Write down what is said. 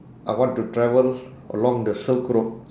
I want to travel along the silk road